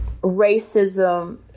racism